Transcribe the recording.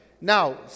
Now